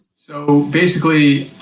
so, basically,